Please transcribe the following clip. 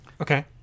Okay